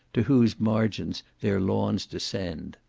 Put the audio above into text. to whose margins their lawns descend.